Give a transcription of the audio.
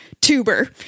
tuber